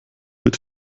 wird